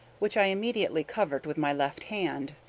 which i immediately covered with my left hand.